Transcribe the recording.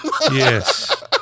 Yes